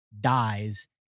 dies